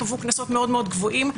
קבעו קנסות מאוד-מאוד גבוהים,